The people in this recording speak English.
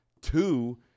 two